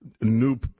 new